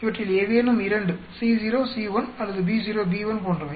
இவற்றில் ஏதேனும் இரண்டு Co C1 அல்லது Bo B1 போன்றவை